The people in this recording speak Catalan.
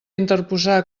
interposar